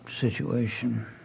situation